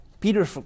Peter